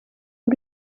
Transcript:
ubu